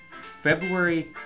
February